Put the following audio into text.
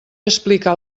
explicar